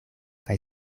kaj